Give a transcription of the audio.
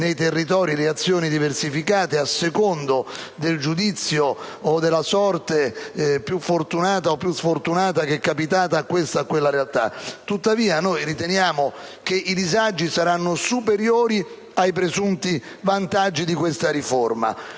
nei territori reazioni diversificate a seconda del giudizio o della sorte più fortunata o sfortunata che è capitata a questa o quella realtà. Riteniamo tuttavia che i disagi saranno superiori ai presunti vantaggi di questa riforma.